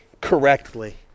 correctly